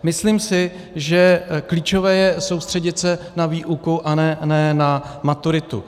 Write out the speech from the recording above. Myslím si, že klíčové je soustředit se na výuku a ne na maturitu.